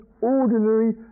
ordinary